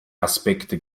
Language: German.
aspekte